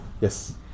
Yes